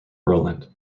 rowland